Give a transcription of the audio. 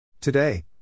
Today